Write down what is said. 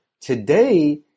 today